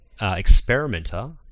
experimenter